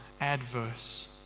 adverse